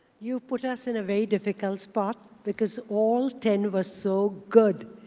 you put us in a very difficult spot because all ten were so good.